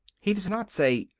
he does not say,